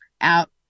out